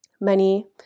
money